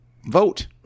vote